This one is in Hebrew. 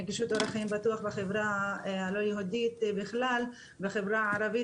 נגישות ואורך חיים בטוח בחברה הלא היהודית בכלל ובחברה הערבית,